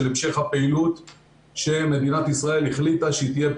המשך הפעילות שמדינת ישראל החליטה עליה,